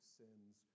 sins